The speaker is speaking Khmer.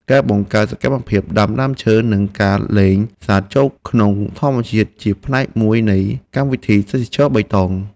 ការបង្កើតសកម្មភាពដាំដើមឈើនិងការលែងសត្វចូលក្នុងធម្មជាតិជាផ្នែកមួយនៃកម្មវិធីទេសចរណ៍បៃតង។